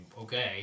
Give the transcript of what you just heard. okay